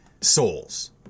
souls